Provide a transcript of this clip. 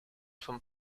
from